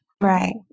Right